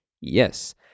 Yes